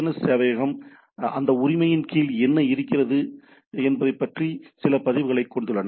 S சேவையகம் அந்த உரிமையின் கீழ் என்ன இருக்கிறது என்பதைப் பற்றி சில பதிவுகளைக் கொண்டுள்ளன